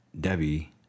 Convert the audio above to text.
Debbie